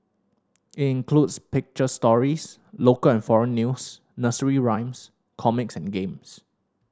it includes picture stories local and foreign news nursery rhymes comics and games